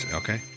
okay